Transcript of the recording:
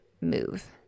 move